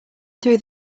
through